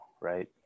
right